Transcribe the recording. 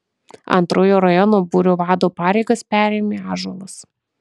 antrojo rajono būrio vado pareigas perėmė ąžuolas